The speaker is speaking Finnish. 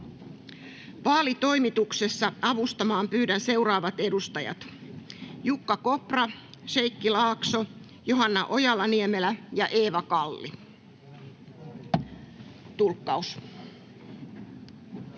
Vaalitoimituksessa avustamaan pyydän seuraavat edustajat: Jukka Kopra, Sheikki Laakso, Johanna Ojala-Niemelä ja Eeva Kalli. Kun